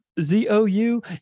Z-O-U